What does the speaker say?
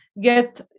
get